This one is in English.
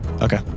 Okay